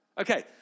Okay